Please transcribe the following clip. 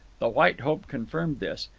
the white hope confirmed this.